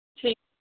ठीकु